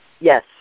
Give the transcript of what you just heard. Yes